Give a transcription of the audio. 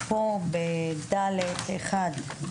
ב-(ד1)